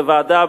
בוועדה,